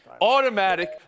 automatic